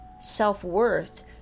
self-worth